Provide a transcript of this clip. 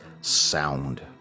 sound